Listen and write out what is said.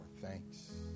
thanks